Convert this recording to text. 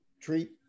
treat